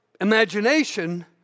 imagination